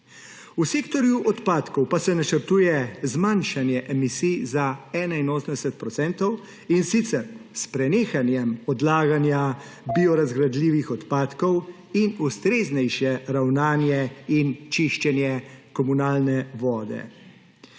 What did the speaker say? V sektorju odpadkov pa se načrtuje zmanjšanje emisij za 81 procentov, in sicer s prenehanjem odlaganja biorazgradljivih odpadkov in ustreznejše ravnanje in čiščenje komunalne vode.